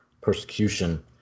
persecution